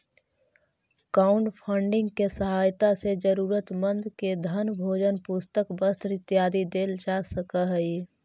crowdfunding के सहायता से जरूरतमंद के धन भोजन पुस्तक वस्त्र इत्यादि देल जा सकऽ हई